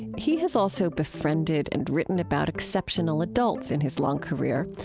he has also befriended and written about exceptional adults in his long career,